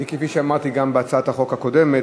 כפי שאמרתי גם בהצעת החוק הקודמת,